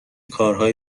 کارهای